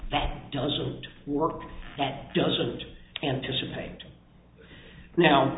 that doesn't work that doesn't anticipate now